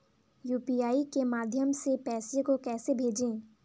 UPI के माध्यम से पैसे को कैसे भेजें?